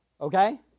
okay